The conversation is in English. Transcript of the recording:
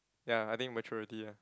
ya I think maturity ah